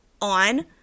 on